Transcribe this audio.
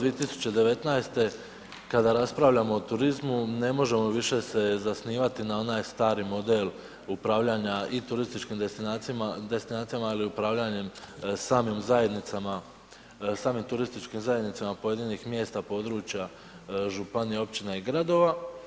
2019. kada raspravljamo o turizmu ne možemo više se zasnivati na onaj stari model upravljanja i turističkim destinacijama ili upravljanjem samim zajednicama, samim turističkim zajednicama pojedinih mjesta, područja, županija, općina i gradova.